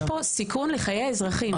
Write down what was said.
יש כאן סיכון לחיי האזרחים.